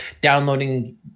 downloading